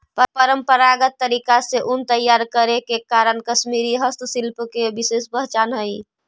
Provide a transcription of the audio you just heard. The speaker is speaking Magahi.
परम्परागत तरीका से ऊन तैयार करे के कारण कश्मीरी हस्तशिल्प के विशेष पहचान हइ